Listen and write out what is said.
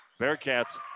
Bearcats